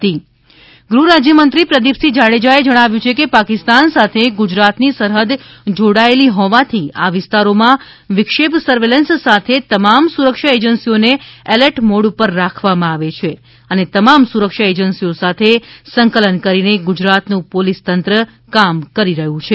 આતંકવાદી પ્રવૃતિ પ્રદીપસિંહ જાડેજા ગૃહ રાજ્ય મંત્રી પ્રદિપસિંહ જાડેજાએ જણાવ્યું છે કે પાકિસ્તાન સાથે ગુજરાતની સરહૃદ જોડાયેલી હોવાથી આ વિસ્તારોમાં વિક્ષેપ સર્વેલન્સ સાથે તમામ સુરક્ષા એજન્સીઓને એલર્ટ મોડ પર રાખવામાં આવે છે અને તમામ સુરક્ષા એજન્સીઓ સાથે સંકલન કરીને ગુજરાતનું પોલીસ તંત્ર કામ કરી રહ્યુ છે